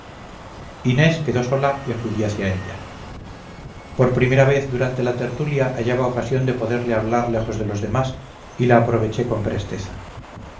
inés quedó sola y acudí hacia ella por primera vez durante la tertulia hallaba ocasión de poderle hablar lejos de los demás y la aproveché con presteza